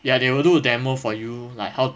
ya they will do a demo for you like how